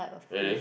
really